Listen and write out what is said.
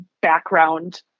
background